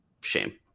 shame